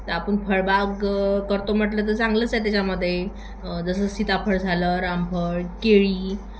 तर आपण फळबाग करतो म्हटलं तर चांगलंच आहे त्याच्यामध्ये जसं सीताफळ झालं रामफळ केळी